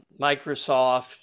Microsoft